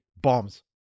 bombs